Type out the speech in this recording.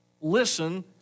Listen